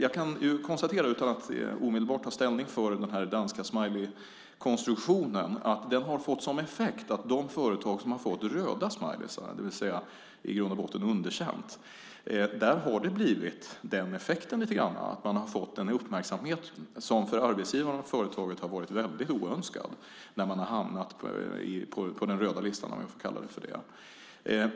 Jag kan konstatera utan att omedelbart ta ställning för den danska smileykonstruktionen att den har fått som effekt att de företag, arbetsgivare, som har fått röda smileys, det vill säga i grund och botten underkänt, har fått oönskad uppmärksamhet. De har hamnat på den "röda listan".